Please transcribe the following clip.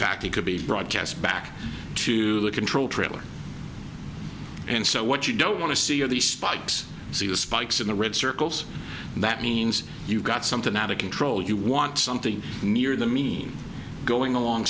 fact it could be broadcast back to the control trailer and so what you don't want to see are these spikes see the spikes in the red circles that means you've got something out of control you want something near the mean going along